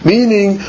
Meaning